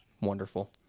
Wonderful